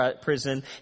prison